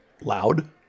loud